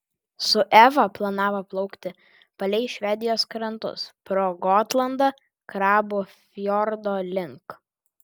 su eva planavo plaukti palei švedijos krantus pro gotlandą krabų fjordo link